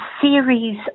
series